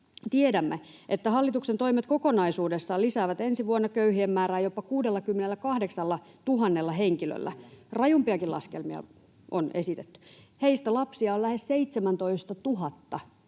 Tiedämme, että hallituksen toimet kokonaisuudessaan lisäävät ensi vuonna köyhien määrää jopa 68 000 henkilöllä. Rajumpiakin laskelmia on esitetty. Heistä lapsia on lähes 17 000.